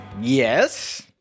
Yes